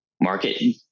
market